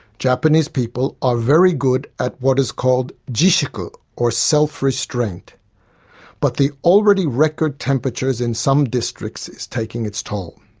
japanese people are very good at what is called jishuku, or self-restraint but the already record temperatures in some districts is taking its toll.